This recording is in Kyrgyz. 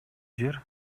жер